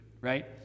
right